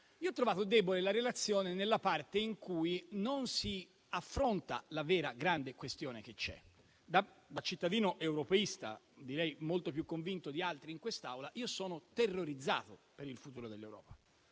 io ho trovato debole la relazione nella parte in cui non si affronta la vera grande questione che c'è. Da cittadino europeista - direi molto più convinto di altri in quest'Aula - io sono terrorizzato per il futuro dell'Europa.